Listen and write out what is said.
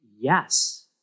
yes